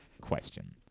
question